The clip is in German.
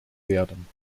werden